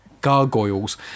gargoyles